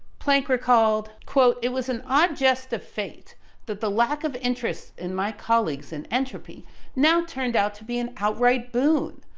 planck recalled, it was an odd jest of fate that the lack of interest in my colleagues in entropy now turned out to be an outright boon.